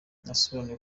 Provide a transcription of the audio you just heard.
yasobanuye